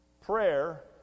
Prayer